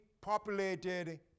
populated